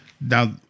Now